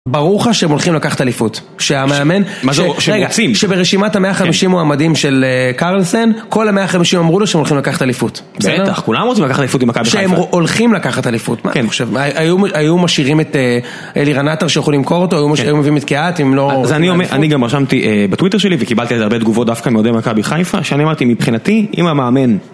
ברור לך שהם הולכים לקחת אליפות. כשהמאמן.. מה זה הול.. שהם רוצים. שברשימת 150 מועמדים של קרלסן כל 150 אמרו לו שהם הולכים לקחת אליפות. בטח, כולם רוצים לקחת אליפות עם מכבי חיפה. שהם הולכים לקחת אליפות. היו משאירים את אלי רנטו שיכולים למכור אותו, היו מביאים את קהת אז אני גם רשמתי בטוויטר שלי וקיבלתי הרבה תגובות דווקא מאוהדי מכבי חיפה שאני אמרתי, מבחינתי, אם המאמן...